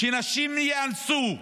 שנשים ייאנסו,